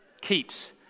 keeps